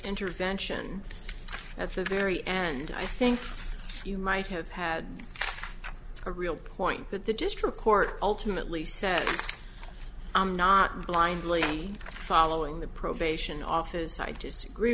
intervention at the very end i think you might have had a real point but the district court ultimately said i'm not blindly following the probation office i disagree